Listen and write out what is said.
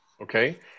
Okay